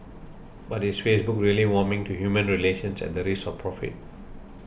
but is Facebook really warming to human relations at the risk of profit